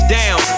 down